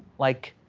like,